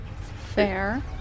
fair